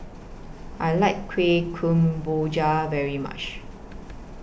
I like Kueh Kemboja very much